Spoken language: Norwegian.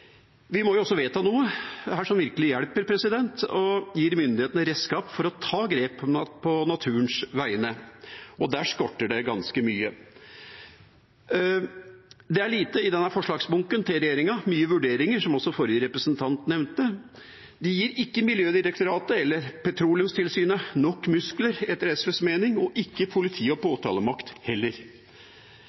som virkelig hjelper og gir myndighetene redskap for å ta grep på naturens vegne, og der skorter det ganske mye. Det er lite i denne forslagsbunken til regjeringa – mye vurderinger, som også forrige representant nevnte. De gir ikke Miljødirektoratet eller Petroleumstilsynet nok muskler etter SVs mening, og ikke politi og påtalemakt heller.